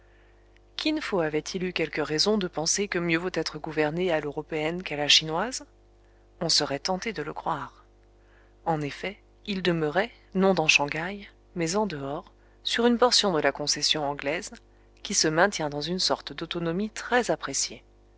kin fo avait-il eu quelque raison de penser que mieux vaut être gouverné à l'européenne qu'à la chinoise on serait tenté de le croire en effet il demeurait non dans shang haï mais en dehors sur une portion de la concession anglaise qui se maintient dans une sorte d'autonomie très appréciée